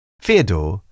Fyodor